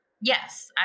Yes